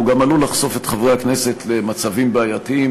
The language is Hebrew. והוא גם עלול לחשוף את חברי הכנסת למצבים בעייתיים.